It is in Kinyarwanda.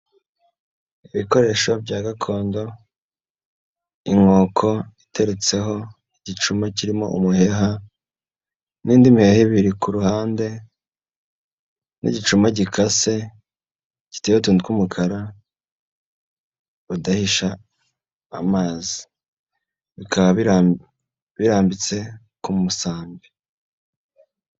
Ibikoresho bya gakondo, inkoko iteretseho igicuma kirimo umuheha n'indi mihe ibiri ku ruhande n'igicuma gikase kiteyeho utuntu tw'umukara badahisha amazi, bikaba birambitse ku musambi.